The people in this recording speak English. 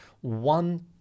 one